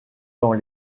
dans